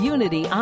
Unity